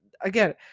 again